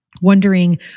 wondering